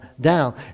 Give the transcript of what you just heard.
down